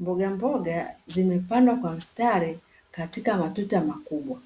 Mbogamboga zimepandwa kwa mstari katika matuta makubwa.